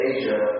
Asia